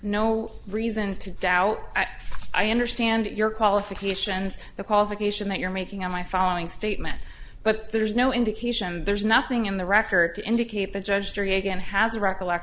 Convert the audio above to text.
no reason to doubt that i understand your qualifications the qualification that you're making of my following statement but there's no indication there's nothing in the record to indicate the judge jury again has a recollect